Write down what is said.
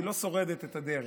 היא לא שורדת את הדרך.